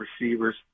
receivers